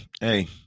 Hey